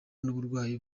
n’uburwayi